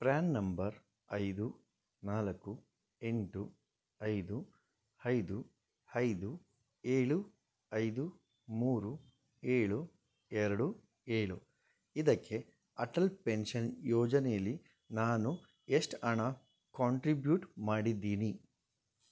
PRAN number ಐದು ನಾಲ್ಕು ಎಂಟು ಐದು ಐದು ಐದು ಏಳು ಐದು ಮೂರು ಏಳು ಎರಡು ಏಳು ಇದಕ್ಕೆ ಅಟಲ್ ಪೆನ್ಷನ್ ಯೋಜನೆಯಲ್ಲಿ ನಾನು ಎಷ್ಟು ಹಣ ಕಾಂಟ್ರಿಬ್ಯೂಟ್ ಮಾಡಿದ್ದೀನಿ